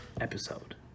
episode